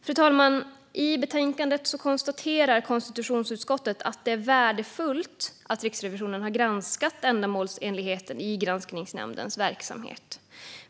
Fru talman! I betänkandet konstaterar konstitutionsutskottet att det är värdefullt att Riksrevisionen har granskat ändamålsenligheten i granskningsnämndens verksamhet.